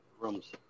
rooms